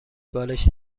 بالشت